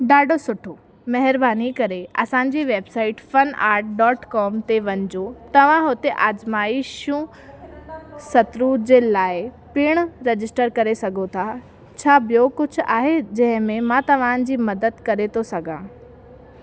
ॾाढो सुठो महिरबानी करे असांजी वेबसाइट फनआर्ट डॉट कोम ते वञो तव्हां हुते आज़माइशूं सत्रू जे लाइ पिणु रजिस्टर करे सघो था छा ॿियो कुझु आहे जंहिं में मां तव्हां जी मदद करे थो सघां